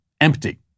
empty